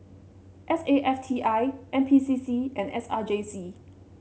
S A F T I N P C C and S R J C